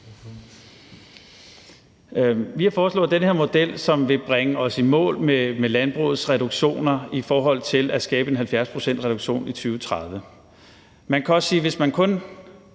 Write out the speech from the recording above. Vi har foreslået den her model, som vil bringe os i mål med landbrugets reduktioner i forhold til at skabe en 70-procentsreduktion i 2030.